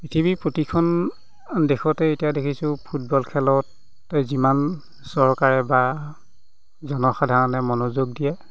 পৃথিৱীৰ প্ৰতিখন দেশতেই এতিয়া দেখিছোঁ ফুটবল খেলতে যিমান চৰকাৰে বা জনসাধাৰণে মনোযোগ দিয়ে